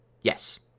Yes